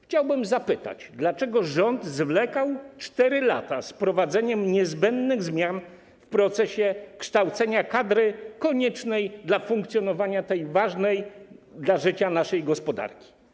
Chciałbym zapytać, dlaczego rząd zwlekał 4 lata z wprowadzeniem niezbędnych zmian w procesie kształcenia kadry koniecznej dla funkcjonowania tej ważnej dla naszego życia gospodarki.